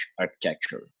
architecture